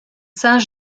saint